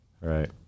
Right